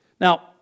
Now